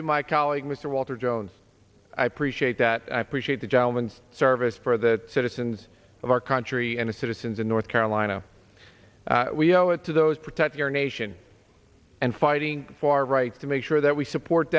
to my colleague mr walter jones i appreciate that i appreciate the gentleman's service for the citizens of our country and its citizens in north carolina we owe it to those protect your nation and fighting for our rights to make sure that we support